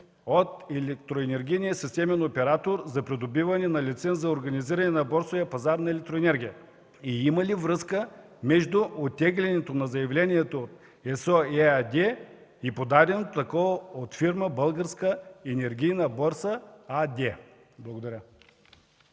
от Електроенергийния системен оператор за придобиване на лиценз за организиране на борсовия пазар на електроенергия; има ли връзка между оттеглянето на заявлението от ЕСО ЕАД и подадено такова от фирма „Българска енергийна борса” АД? Благодаря.